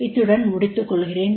இத்துடன் முடித்துக் கொள்கிறேன்